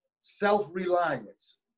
Self-reliance